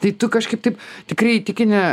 tai tu kažkaip taip tikrai tiki ne